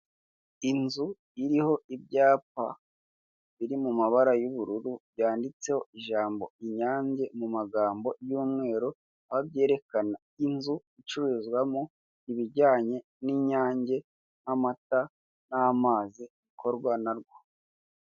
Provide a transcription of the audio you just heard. Inzu iriho ibyapa biri mu mabara y'ubururu yanditseho ijambo Inyange mu magambo y'umweru aho byerekana inzu icururizwamo ibijyanye n'Inyange nk'amata n'amazi bokorwa na rwo.